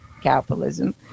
capitalism